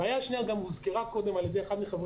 הבעיה השנייה גם הוזכרה קודם על ידי אחד מחברי